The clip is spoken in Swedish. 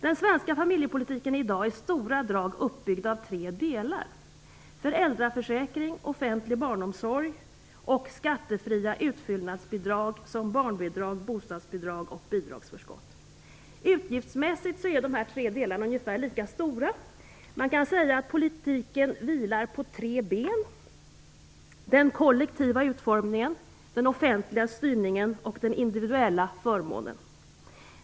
Den svenska familjepolitiken i dag är i stora drag uppbyggd av tre delar: föräldraförsäkring, offentlig barnomsorg och skattefria utfyllnadsbidrag som barnbidrag, bostadsbidrag och bidragsförskott. Utgiftsmässigt är de här tre delarna ungefär lika stora. Man kan säga att politiken vilar på tre ben: den kollektiva utformningen, den offentliga styrningen och den individuella förmånen.